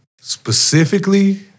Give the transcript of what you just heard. Specifically